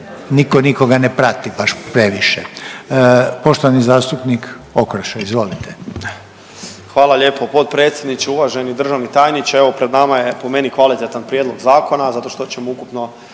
nitko nikoga ne prati baš previše. Poštovani zastupnik Okroša, izvolite. **Okroša, Tomislav (HDZ)** Hvala lijepo potpredsjedniče, uvaženi državni tajniče, evo pred nama je po meni kvalitetan prijedlog zakona zato što ćemo ukupno,